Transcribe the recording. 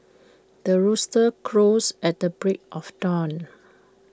the rooster crows at the break of dawn